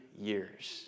years